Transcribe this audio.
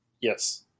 Yes